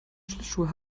schlittschuhe